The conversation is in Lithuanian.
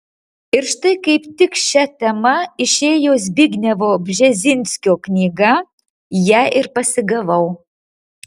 ir štai kaip tik šia tema išėjo zbignevo bžezinskio knyga ją ir pasigavau